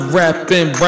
rapping